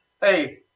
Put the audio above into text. hey